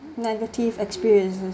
negative experience